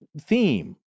theme